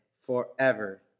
forever